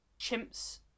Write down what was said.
chimps